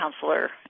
counselor